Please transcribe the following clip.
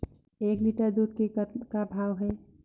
एक लिटर दूध के कतका भाव हे?